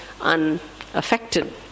unaffected